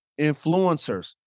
influencers